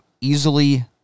easily